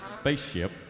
spaceship